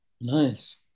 nice